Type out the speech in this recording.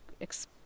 ex